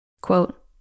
Quote